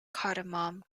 cardamom